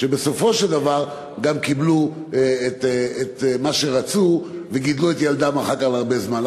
שבסופו של גם קיבלו את מה שרצו וגידלו את ילדם אחר כך הרבה זמן.